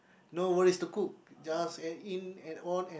no worries to cook just add in and on and